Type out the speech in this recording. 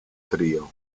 trio